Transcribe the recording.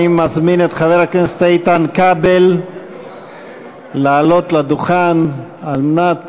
אני מזמין את חבר הכנסת איתן כבל לעלות לדוכן על מנת